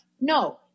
no